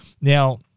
now